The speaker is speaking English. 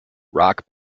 rock